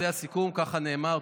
זה הסיכום, ככה נאמר.